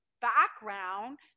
background